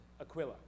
Aquila